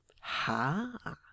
Ha